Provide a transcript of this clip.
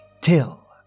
till